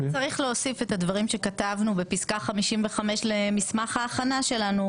וצריך להוסיף את הדברים שכתבנו בפסקה 55 למסמך ההכנה שלנו